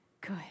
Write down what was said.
good